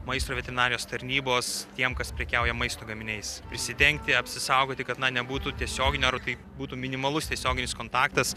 maisto veterinarijos tarnybos tiems kas prekiauja maisto gaminiais prisidengti apsisaugoti kad nebūtų tiesioginio ar tai būtų minimalus tiesioginis kontaktas